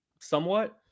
somewhat